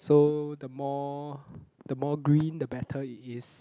so the more the more green the better it is